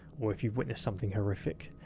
or if you witness something horrific,